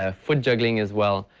ah foot juggling as well.